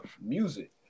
music